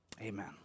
Amen